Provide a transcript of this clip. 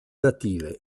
native